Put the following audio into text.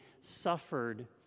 suffered